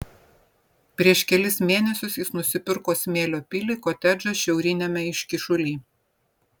prieš kelis mėnesius jis nusipirko smėlio pilį kotedžą šiauriniame iškyšuly